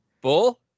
Bull